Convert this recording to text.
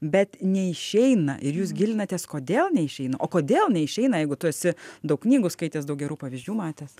bet neišeina ir jūs gilinatės kodėl neišeina o kodėl neišeina jeigu tu esi daug knygų skaitęs daug gerų pavyzdžių matęs